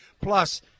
Plus